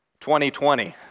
2020